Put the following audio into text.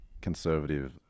conservative